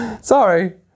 Sorry